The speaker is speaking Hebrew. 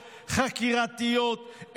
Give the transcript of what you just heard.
חקירתיות,